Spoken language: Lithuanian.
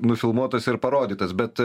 nufilmuotas ir parodytas bet